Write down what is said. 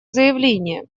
заявление